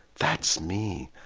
that's me,